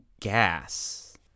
gas